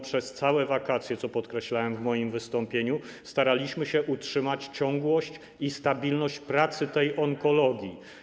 Przez całe wakacje, co podkreślałem w moim wystąpieniu, staraliśmy się utrzymać ciągłość i stabilność pracy onkologii.